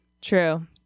True